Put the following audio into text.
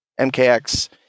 MKX